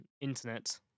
internet